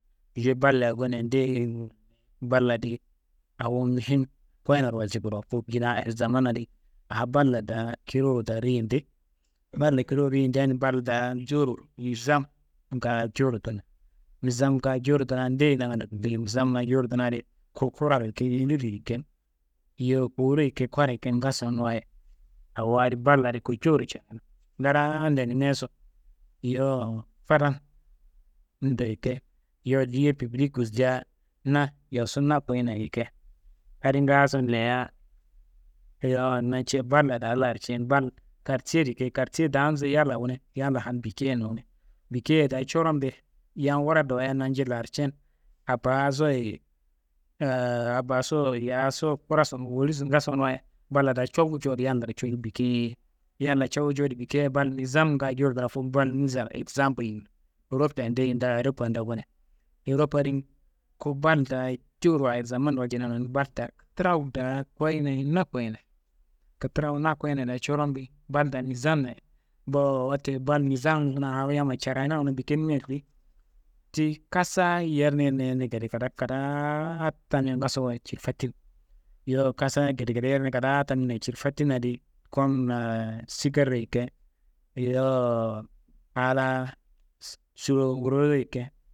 Je balliya goneya ndegeyimu, bal adi awo muhim koyinaro walcu kurowo, ku dina ahirzaman adi awo ballo daa kiri wo daa riyende, ballo kiri wo riyendean, bal daa jewuro nizamnga jewuro dunaa, nizamnga jewuro dunaa ndeye nangando wullei? Nizamnga jewuro dunaa di Ku kuraro yike, wolliro yike, yowo kowuro yike, koaro yike, ngaason wayi awo adi bal adi ku jewuro ceyi, ndaraan lenimiaso, yowo fadanum do yike, yowo liye piblik wulja na yossu na koyina yike, adi ngaaso leyeiya, yowo nanco balla daa larcen, bal kartiyero yike, kartiye daanso yalla wune, yalla hal bikeyenna wune, bikeyeiya daa corom be yam wura dowuyiya nanje larcen. Abaásoyi, abaáso, yaáso, kuraso, woliso, ngaason wayi, balla daa cofu codu yallaro codu bikeyei, yalla cofu codu bikeyei, bal nizamnga jewuro graf, fut bal mizan exzampul. Eropia ndeyi, nda eropia nda gone, eropa adi ku bal daayi jewuro ahirzamando waljina nonunu, bal taa kitrawu daa koyina ye na koyina ye, kitrawu na koyina daa curom be, bal daa nizam mayi. Bowo wote, bal nizamngu kuna awo yammayi carayinanuwa bikenimia di, ti kasa yerne yerne yerne yerne, gedegede kadaa. Tamia ngaaso wayi cirfati. Yowo kasaá gedegede yerne kadaa tammina cirfatina di, kom laa sikeriro yike, yowo aa laa šulonguroro yike.